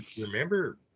Remember